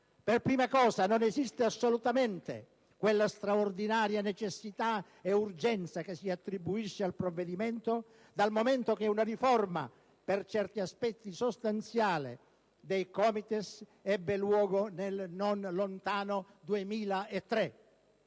Per prima cosa non esiste assolutamente quella straordinaria necessità ed urgenza che si attribuisce al provvedimento, dal momento che una riforma per certi aspetti sostanziali dei COMITES ebbe luogo nel non lontano 2003.